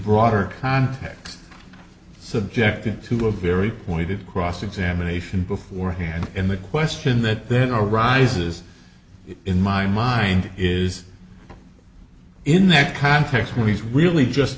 broader context subjected to a very pointed cross examination beforehand in the question that arises in my mind is in that context where he's really just